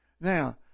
Now